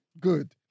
good